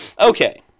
okay